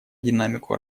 динамику